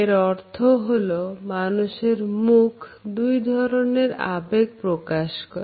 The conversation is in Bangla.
এর অর্থ হলো মানুষের মুখ দুই ধরনের আবেগ প্রকাশ করে